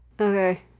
Okay